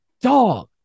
dog